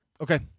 Okay